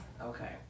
Okay